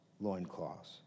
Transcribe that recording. loincloths